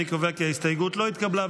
אני קובע כי ההסתייגות לא התקבלה.